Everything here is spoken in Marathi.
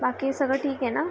बाकी सगळं ठीक आहे ना